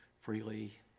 freely